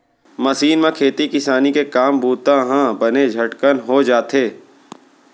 machine म खेती किसानी के काम बूता ह बने झटकन हो जाथे